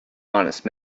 honest